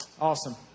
Awesome